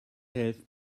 helft